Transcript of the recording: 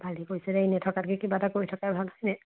ভালে কৰিছা দেই এনে থকাতকৈ কিবা এটা কৰি থকা ভাল হয় নাই